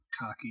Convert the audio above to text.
Cocky